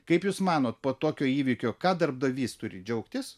kaip jūs manot po tokio įvykio kad darbdavys turi džiaugtis